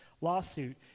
lawsuit